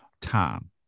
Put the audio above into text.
time